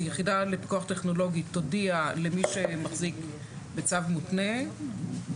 היחידה לפיקוח טכנולוגי תודיע למי שמחזיק בצו מותנה,